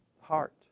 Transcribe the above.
heart